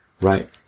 Right